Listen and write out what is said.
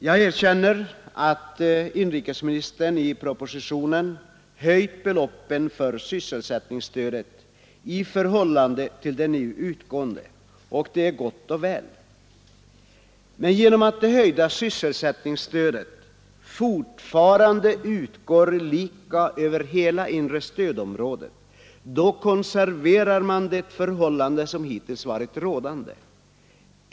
Jag erkänner att inrikesministern i propositionen höjt beloppen för sysselsättningsstödet i förhållande till de nu utgående, och det är gott och väl. Men genom att det höjda sysselsättningsstödet fortfarande utgår lika över hela inre stödområdet konserverar man det förhållande som hittills varit rådande.